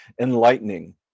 enlightening